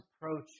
approach